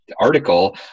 article